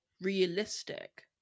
realistic